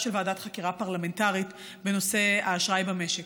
של ועדת חקירה פרלמנטרית בנושא האשראי במשק.